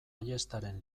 ayestaren